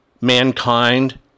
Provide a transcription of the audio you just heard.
mankind